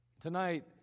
Tonight